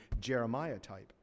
Jeremiah-type